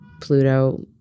Pluto